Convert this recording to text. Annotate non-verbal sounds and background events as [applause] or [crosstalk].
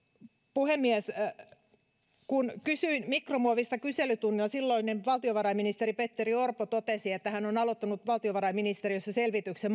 puhemies kun kysyin mikromuovista kyselytunnilla silloinen valtiovarainministeri petteri orpo totesi että hän on aloittanut valtiovarainministeriössä selvityksen [unintelligible]